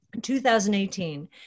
2018